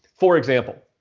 for example,